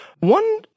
One